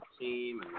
team